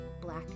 Black